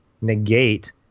negate